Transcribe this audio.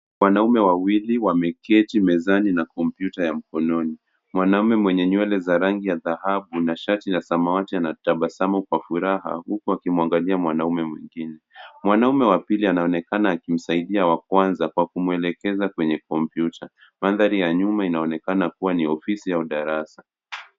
Wanaume wawili wameketi mezani na kompyuta ya mkononi. Mwanaume mwenye nywele za rangi ya dhahabu na shati la samawati anatbasamu kwa furaha huku akimwangalia mwanaume mwingine. Mwanaume wa pili anaonekana akimsaidia wa kwanza kwa kumwelekeza kwenye kompyuta. Mandhari ya nyuma inaonekan kuwa ni ya ofisi au darasa.